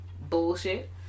bullshit